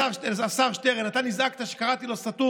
השר שטרן, אתה נזעקת כשקראתי לו סתום.